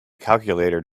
calculator